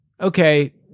okay